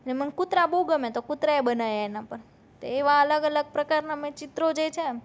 ને મણે કૂતરા બહુ ગમે તો કૂતરાય બનાવ્યાં એના પર તો એવા અલગ અલગ પ્રકારના મેં ચિત્રો જે છે